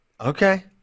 Okay